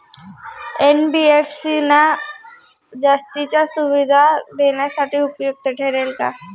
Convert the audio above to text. NBFC ना जास्तीच्या सुविधा देण्यासाठी उपयुक्त ठरेल का?